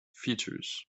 features